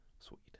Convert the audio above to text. Sweet